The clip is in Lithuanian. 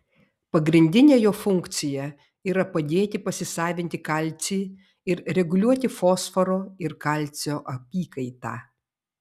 pagrindinė jo funkcija yra padėti pasisavinti kalcį ir reguliuoti fosforo ir kalcio apykaitą